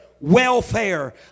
welfare